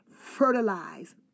fertilize